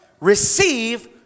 receive